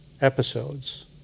episodes